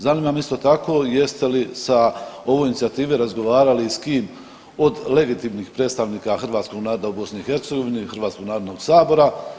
Zanima me isto tako jeste li sa ovoj inicijative razgovarali s kim od legitimnih predstavnika hrvatskog naroda u BiH ili Hrvatskog narodnog sabora.